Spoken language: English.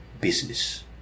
business